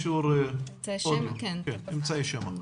אמצעי שמע.